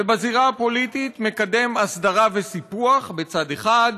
ובזירה הפוליטית מקדם הסדרה וסיפוח בצד אחד,